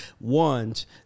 ones